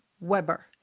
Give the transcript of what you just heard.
Weber